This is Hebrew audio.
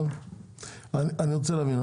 אני רוצה להבין,